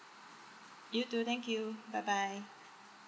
you too thank you bye bye